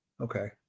Okay